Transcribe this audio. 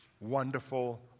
Wonderful